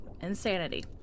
insanity